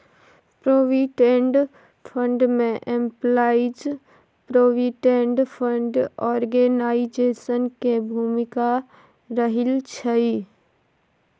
provident fund में employees provident fund organisation के भूमिका रहइ छइ